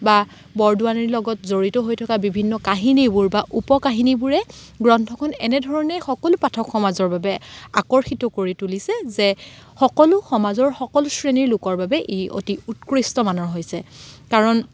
বা বৰদোৱানীৰ লগত জড়িত হৈ থকা বিভিন্ন কাহিনীবোৰ বা উপকাহিনীবোৰে গ্ৰন্থখন এনেধৰণে সকলো পাঠক সমাজৰ বাবে আকৰ্ষিত কৰি তুলিছে যে সকলো সমাজৰ সকলো শ্ৰেণীৰ লোকৰ বাবে ই অতি উৎকৃষ্টমানৰ হৈছে কাৰণ